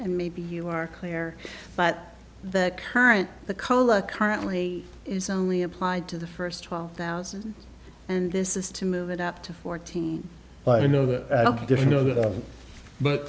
and maybe you are clear but the current the color currently is only applied to the first twelve thousand and this is to move it up to fourteen but i know th